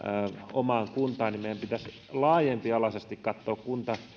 omaan kuntaan meidän pitäisi laajempialaisesti katsoa